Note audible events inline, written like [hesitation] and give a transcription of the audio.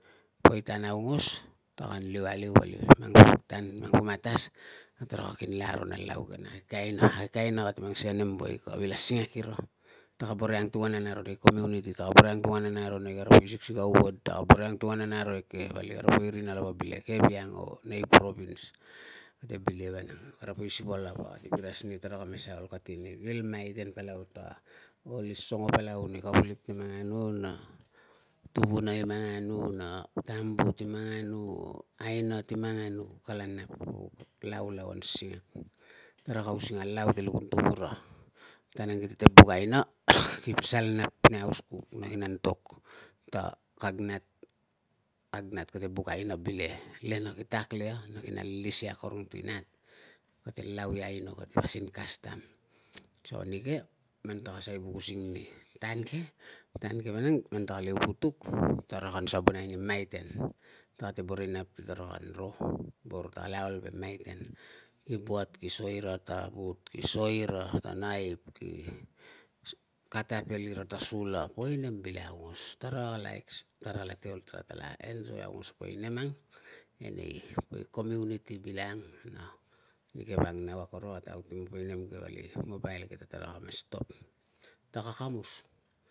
Poe tan aungos, takan liu aliu vali [noise] ke mang vuk tan, mang po matas, na taraka kinle aro na lau ke, na kag gai, na kag gai, na kate mang sikai na nem woe ka vil asingak ira. Taka boro i angtunganan aro nei community, taka boro i ang tunganan aro nei kara siksikei a ward, taka boro i angtunganan aro eke vali kara poi rina lava, bile keviang or nei province. Kate bilei vanang. Kara poi sukal aro. Ate piras ni taraka me suai ol kati ni vil maiten palau ta kuli songo palau ni kavulik ti manganu, na tuvuna i manganu, na tambu ti manganu, o aina ti manganu. Kala nap. Laulauan singak. Taraka using a lau ti lupun tuvura. Tan ang kite buk aina, [noise] ki pasal nap nei hauskuk na kin antok ta kag nat, kag nat, kate buk aina bileke, le na ki tak le ia na kin alis ia akorong ti nat. Kate lau i aino, kate pasin kastam. [noise] so nike, man taka sai buk using ni tan ke, tan ke vanang man taka liu putuk, tarakan sabonai ni maiten. Taka te boro inap ti tara kan ro. Boro, tarala ol ve maiten. Ki buat, ki so ira ta vut, ki so ira ta naip, ki [hesitation] katapel ira ta sula, poi nem bilang aungos. Tara relax, tara late ol, taratala enjoy aungos a poi nem ang enei community bilang na nike vang, nau akorong ate outim ni poi nem ke vali mobile ke ta taraka mas stop, ta ka kamus.